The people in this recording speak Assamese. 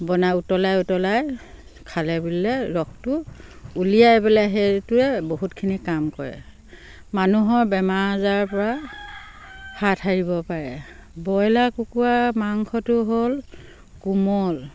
বনাই উতলাই উতলাই খালে বুলিলে ৰসটো উলিয়াই পেলাই সেইটোৱে বহুতখিনি কাম কৰে মানুহৰ বেমাৰ আজাৰপৰা হাত সাৰিব পাৰে ব্ৰইলাৰ কুকুৰাৰ মাংসটো হ'ল কোমল